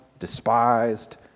despised